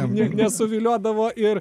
nesuviliodavo ir